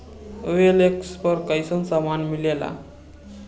OLX पर कइसन सामान मीलेला?